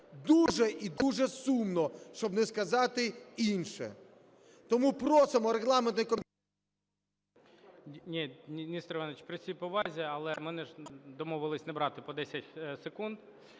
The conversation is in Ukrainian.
дуже і дуже сумно щоб не сказати інше. Тому просимо регламентний